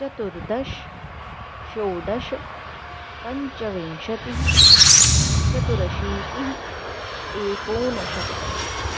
चतुर्दश षोडश पञ्चविंशतिः चतुरशीतिः एकोनशतम्